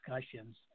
discussions